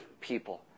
people